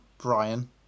Brian